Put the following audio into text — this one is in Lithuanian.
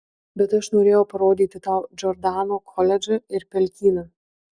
bet aš norėjau parodyti tau džordano koledžą ir pelkyną